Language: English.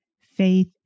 faith